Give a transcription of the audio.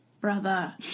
Brother